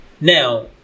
Now